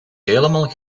helemaal